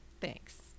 Thanks